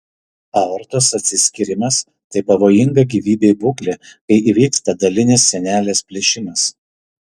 aortos atsiskyrimas tai pavojinga gyvybei būklė kai įvyksta dalinis sienelės plyšimas